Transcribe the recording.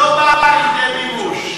לא באה לידי מימוש.